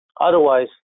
Otherwise